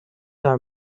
her